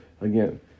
again